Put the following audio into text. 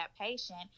patient